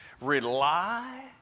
rely